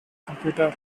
computer